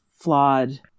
flawed